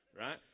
right